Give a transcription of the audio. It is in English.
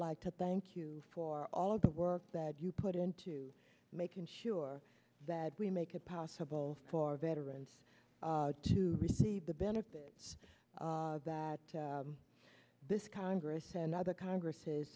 like to thank you for all of the work that you put into making sure that we make it possible for veterans to receive the benefits that this congress and other congress